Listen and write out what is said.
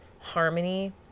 harmony